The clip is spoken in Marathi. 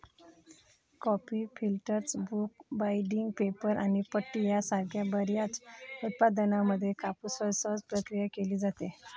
coffee filters, book binding, paper आणि पट्टी यासारख्या बर्याच उत्पादनांमध्ये कापूसवर सहज प्रक्रिया केली जाते